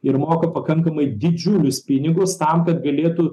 ir moka pakankamai didžiulius pinigus tam kad galėtų